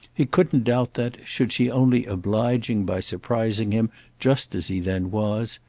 he couldn't doubt that, should she only oblige him by surprising him just as he then was,